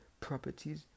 properties